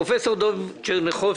פרופ' דב צ'רניחובסקי,